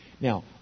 Now